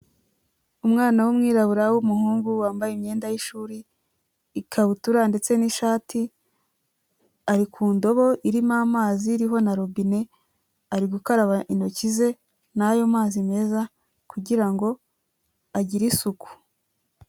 Umwana w'umwirabura w'umuhungu wambaye imyenda y'ishuri, ikabutura ndetse n'ishati ari ku ndobo irimo amazi iriho na robine, ari gukaraba intoki ze n'ayo mazi meza kugira ngo agire isuku.